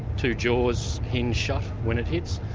two jaws hinge shut when it hits,